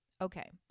Okay